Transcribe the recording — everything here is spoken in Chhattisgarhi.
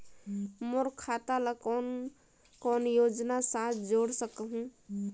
मोर खाता ला कौन कौन योजना साथ जोड़ सकहुं?